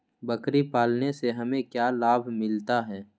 बकरी पालने से हमें क्या लाभ मिलता है?